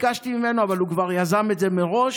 ביקשתי ממנו, אבל הוא כבר יזם את זה מראש,